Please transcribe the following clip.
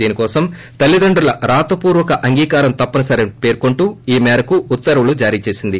దీని కోసం ోతల్లిదండ్రుల రాతపూర్వక అంగీకారం తప్పనిసరి అని పేర్కొంటూ ఈ మేరకు ఉత్తర్యులు జారీ చేసింది